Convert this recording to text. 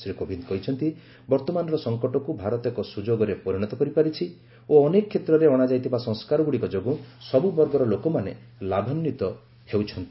ଶ୍ରୀ କୋବିନ୍ଦ କହିଛନ୍ତି ବର୍ତ୍ତମାନର ସଂକଟକୁ ଭାରତ ଏକ ସୁଯୋଗରେ ପରିଣତ କରିପାରିଛି ଓ ଅନେକ କ୍ଷେତ୍ରରେ ଅଣାଯାଇଥିବା ସଂସ୍କାରଗୁଡ଼ିକ ଯୋଗୁଁ ସବୁବର୍ଗର ଲୋକମାନେ ଲାଭାନ୍ଧିତ ହେଉଛନ୍ତି